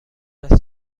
است